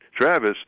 Travis